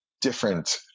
different